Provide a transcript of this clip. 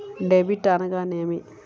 Debit అనగానేమి?